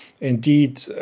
indeed